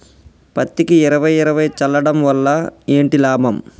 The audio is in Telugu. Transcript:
పత్తికి ఇరవై ఇరవై చల్లడం వల్ల ఏంటి లాభం?